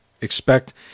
expect